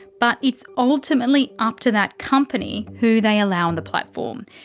but it's ultimately up to that company who they allow on the platform.